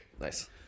Nice